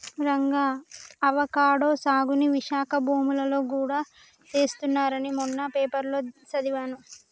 Ranga avocado సాగుని విశాఖ భూములలో గూడా చేస్తున్నారని మొన్న పేపర్లో సదివాను